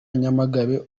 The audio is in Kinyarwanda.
nyamagabe